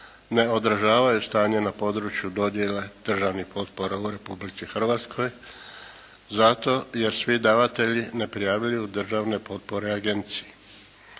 ne odražavaju stanje na području dodjele državnih potpora u Republici Hrvatskoj zato jer svi davatelji ne prijavljuju državne potpore agenciji.